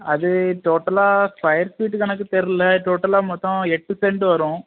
அது டோட்டலாக square feet கணக்கு தெரியல டோட்டலாக மொத்தம் எட்டு செண்டு வரும்